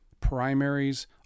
primaries